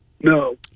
No